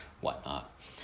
whatnot